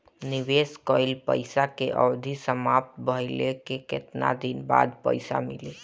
निवेश कइल पइसा के अवधि समाप्त भइले के केतना दिन बाद पइसा मिली?